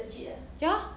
ya